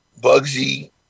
Bugsy